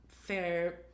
fair